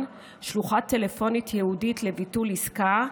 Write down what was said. (שלוחה טלפונית ייעודית לביטול עסקה),